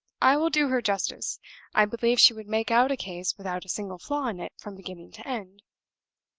i will do her justice i believe she would make out a case without a single flaw in it from beginning to end.